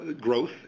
growth